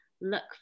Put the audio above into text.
look